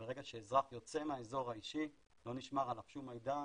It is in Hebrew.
ברגע שאזרח יוצא מהאזור האישי לא נשמר עליו שום מידע.